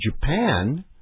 Japan